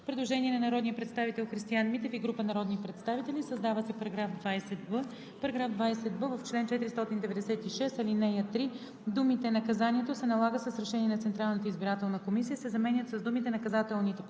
Предложение на народния представител Христиан Митев и група народни представители: „Създава се § 20б: „§ 20б. В чл. 496, ал. 3 думите „наказанието се налага с решение на Централната избирателна комисия“ се заменят с думите „наказателните